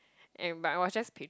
and but I was just